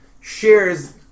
shares